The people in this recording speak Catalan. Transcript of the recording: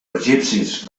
egipcis